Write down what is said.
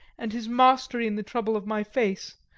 and his mastery in the trouble of my face,